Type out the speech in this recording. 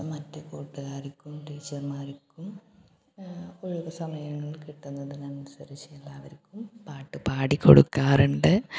മറ്റ് കൂട്ടുകാർക്കും ടീച്ചർമ്മാർക്കും ഒഴിവ് സമയങ്ങൾ കിട്ടുന്നതിനനുസരിച്ച് എല്ലാവർക്കും പാട്ട് പാടി കൊടുക്കാറുണ്ട്